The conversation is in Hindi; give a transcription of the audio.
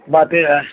बाकी